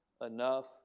enough